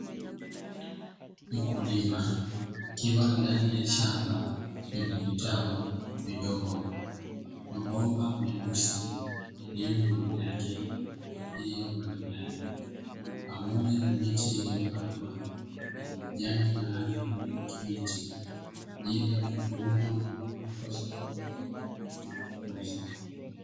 Mkulima akiwa ndani ya shamba lenye vitalu vidogo, mabomba meusi yaliyo juu yake kwa ajili ya umwagiliaji, pamoja na miche iliyopandwa yenye majani ya rangi ya kijani kibichi; kwa ajili ya kuvunwa na kupelekwa sokoni kwenda kuuza.